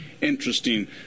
interesting